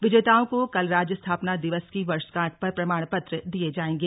विजेताओं को कल राज्य स्थापना दिवस की वर्षगांठ पर प्रमाण पत्र दिए जाएंगे